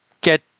get